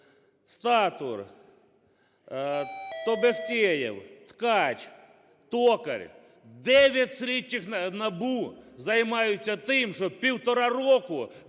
Статур, Тобехтєєв, Ткач, Токар. 9 слідчих НАБУ займаються тим, що півтора року